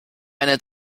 einen